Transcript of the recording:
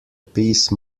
peace